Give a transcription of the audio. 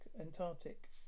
Antarctic